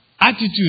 attitude